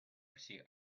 всі